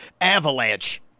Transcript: avalanche